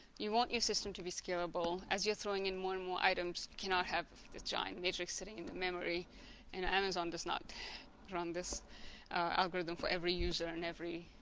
you want your system to be scalable as you're throwing in more and more items you cannot have the giant matrix sitting in the memory and amazon does not run this algorithm for every user and every